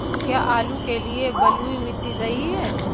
क्या आलू के लिए बलुई मिट्टी सही है?